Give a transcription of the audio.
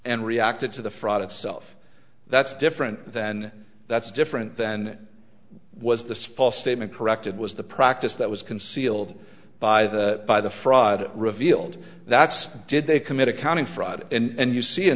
and reacted to the fraud itself that's different then that's different then was this false statement correct it was the practice that was concealed by the by the fraud revealed that's did they commit accounting fraud and you see in